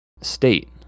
state